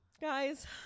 guys